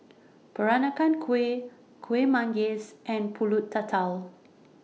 Peranakan Kueh Kuih Manggis and Pulut Tatal